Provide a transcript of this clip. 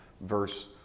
verse